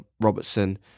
Robertson